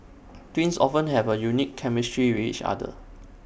twins often have A unique chemistry with each other